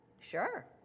Sure